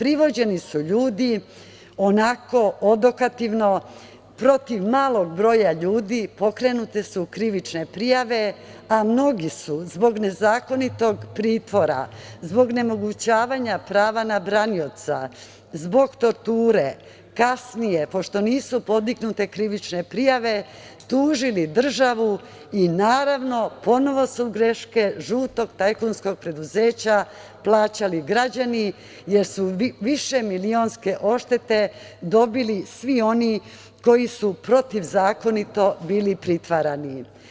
Privođeni su ljudi onako odokativno, protiv malog broja ljudi pokrenute su krivične prijave, a mnogi su zbog nezakonitog pritvora, zbog onemogućavanja prava na branioca, zbog torture, kasnije, pošto nisu podignute krivične prijave, tužili državu i, naravno, ponovo su greške žutog tajkunskog preduzeća plaćali građani, jer su višemilionske odštete dobili svi oni koji su protivzakonito bili pritvarani.